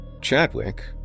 Chadwick